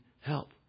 help